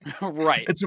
right